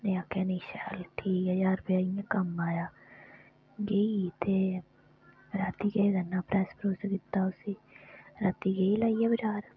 में आखेआ नेईं शैल ठीक ऐ ज्हार रपेआ इ'यां कम्म आया गेई ते राती केह् करना हा प्रैस प्रुस कीता उसी राती गेई लाइयै बजार